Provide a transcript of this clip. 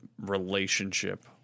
relationship